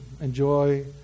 enjoy